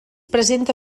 presenta